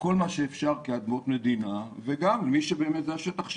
כל מה שאפשר כאדמות מדינה וגם מי שבאמת השטח שלו.